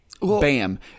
bam